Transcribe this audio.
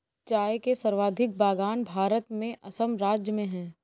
चाय के सर्वाधिक बगान भारत में असम राज्य में है